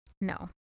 No